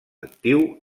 actiu